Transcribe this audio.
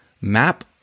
map